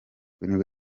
nibwo